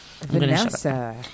Vanessa